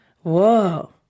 Whoa